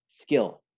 skill